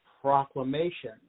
Proclamation